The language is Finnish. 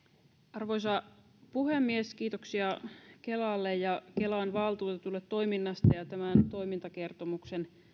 arvoisa puhemies kiitoksia kelalle ja kelan valtuutetuille toiminnasta ja tämän toimintakertomuksen